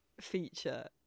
feature